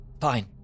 Fine